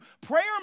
prayer